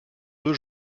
deux